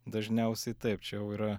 dažniausiai taip čia jau yra